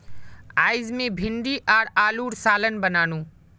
अयेज मी भिंडी आर आलूर सालं बनानु